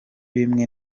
bimwe